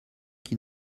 qui